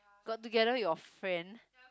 got together with your friend